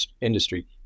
industry